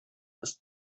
ist